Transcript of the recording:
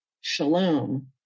shalom